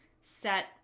set